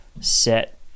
set